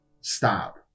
stop